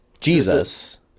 Jesus